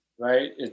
right